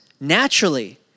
naturally